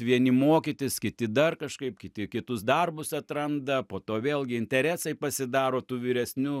vieni mokytis kiti dar kažkaip kiti kitus darbus atranda po to vėlgi interesai pasidaro tų vyresnių